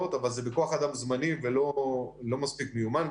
אבל זה בכוח אדם זמני ולא מספיק מיומן.